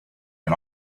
get